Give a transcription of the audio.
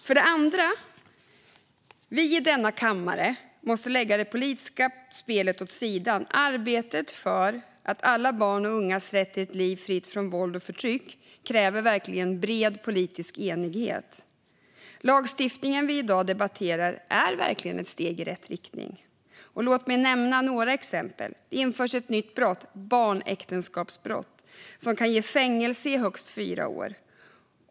För det andra måste vi i denna kammare lägga det politiska spelet åt sidan. Arbetet för alla barns och ungas rätt till ett liv fritt från våld och förtryck kräver bred politisk enighet. Den lagstiftning vi i dag debatterar är verkligen ett steg i rätt riktning. Låt mig nämna några exempel: Det införs ett nytt brott, barnäktenskapsbrott, som kan ge fängelse i högst fyra år.